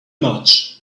much